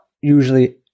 usually